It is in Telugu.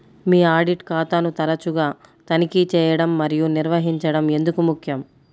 మీ ఆడిట్ ఖాతాను తరచుగా తనిఖీ చేయడం మరియు నిర్వహించడం ఎందుకు ముఖ్యం?